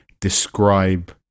describe